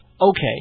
Okay